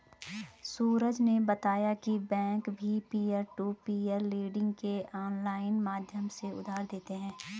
सूरज ने बताया की बैंक भी पियर टू पियर लेडिंग के ऑनलाइन माध्यम से उधार देते हैं